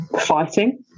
fighting